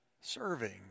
serving